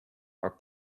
are